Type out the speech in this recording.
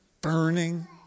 burning